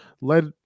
led